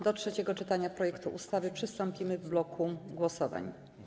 Do trzeciego czytania projektu ustawy przystąpimy w bloku głosowań.